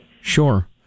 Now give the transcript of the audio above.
sure